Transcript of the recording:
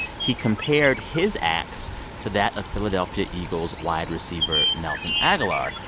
he compared his acts to that of philadelphia eagles wide receiver nelson agholor,